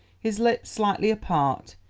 his lips slightly apart,